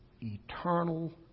eternal